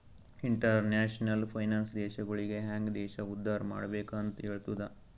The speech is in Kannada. ಇಂಟರ್ನ್ಯಾಷನಲ್ ಫೈನಾನ್ಸ್ ದೇಶಗೊಳಿಗ ಹ್ಯಾಂಗ್ ದೇಶ ಉದ್ದಾರ್ ಮಾಡ್ಬೆಕ್ ಅಂತ್ ಹೆಲ್ತುದ